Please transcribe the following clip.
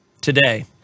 Today